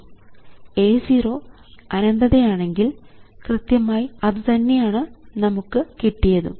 A0 അനന്തത യാണെങ്കിൽ കൃത്യമായി അതുതന്നെയാണു നമുക്ക് കിട്ടിയതും